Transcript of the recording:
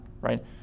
right